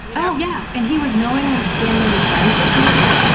yeah oh, yeah and he was knowingly scamming friends of his,